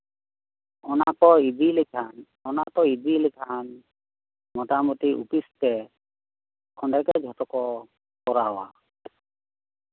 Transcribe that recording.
ᱚᱱᱟ ᱠᱚ ᱤᱫᱤ ᱞᱮᱠᱷᱟᱱ ᱚᱱᱟ ᱠᱚ ᱤᱫᱤ ᱞᱮᱠᱷᱟᱱ ᱢᱳᱴᱟᱢᱩᱴᱤ ᱚᱯᱷᱤᱥᱛᱮ ᱚᱸᱰᱮᱜᱮ ᱡᱷᱚᱛᱚ ᱠᱚ ᱠᱚᱨᱟᱣᱟ